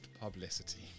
publicity